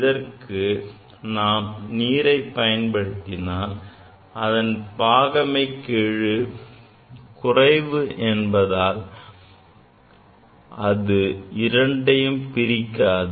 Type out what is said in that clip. இதற்கு நாம் நீரைப் பயன்படுத்தினால் அதன் பாகமை குறைவு என்பதால் அது இரண்டையும் பிரிக்காது